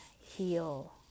heal